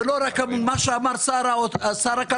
ולא רק מה שאמר שר הכלכלה,